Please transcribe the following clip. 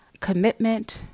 commitment